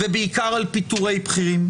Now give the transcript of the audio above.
ובעיקר על פיטורי בכירים,